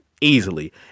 easily